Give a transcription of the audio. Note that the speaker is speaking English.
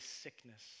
sickness